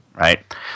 Right